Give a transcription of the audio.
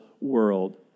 world